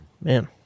Man